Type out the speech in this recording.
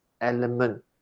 element